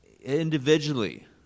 Individually